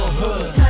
hood